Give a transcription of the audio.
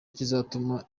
kizatuma